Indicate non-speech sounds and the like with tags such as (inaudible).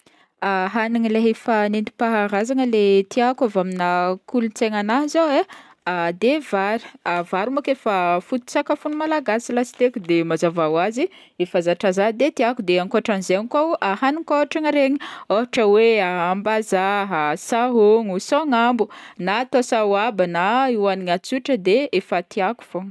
(hesitation) Hagniny le efa nentim-paharazana tiako amle kolontaignan'ahy zao e de vary, vary manko efa foto-tsakafon'ny Malagasy lasiteo ko de mazava ho azy efa zatra za de tiako, de ankotran'zagny koa hagnin-kotragna regny, ôhatra hoe (hesitation) ambazaha, sahôgno, soagnambo na atao sahoaba na hoagnina tsotra de fa tiako fogna.